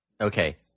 Okay